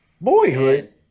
Boyhood